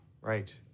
right